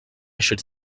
should